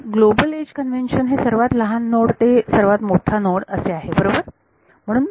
माझे global edge convention हे सर्वात लहान नोड ते सर्वात मोठा नोड असे आहे बरोबर